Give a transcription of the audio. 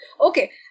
okay